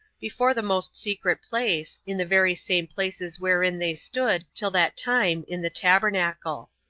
before the most secret place, in the very same places wherein they stood till that time in the tabernacle.